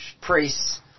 priests